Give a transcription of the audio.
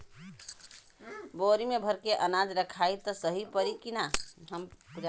बोरी में भर के अनाज रखायी त सही परी की ना?